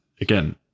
again